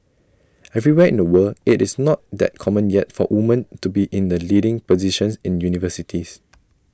everywhere in the world IT is not that common yet for women to be in the leading positions in universities